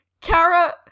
Kara